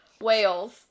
Wales